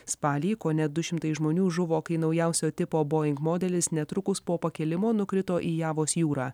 spalį kone du šimtai žmonių žuvo kai naujausio tipo boing modelis netrukus po pakilimo nukrito į javos jūrą